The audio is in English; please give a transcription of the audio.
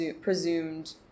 presumed